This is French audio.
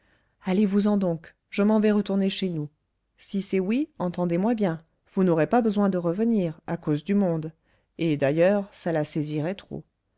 allez-vous-en donc je m'en vais retourner chez nous si c'est oui entendez-moi bien vous n'aurez pas besoin de revenir à cause du monde et d'ailleurs ça la saisirait trop